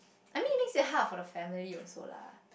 I mean it makes it hard for the family also lah